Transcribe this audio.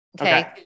Okay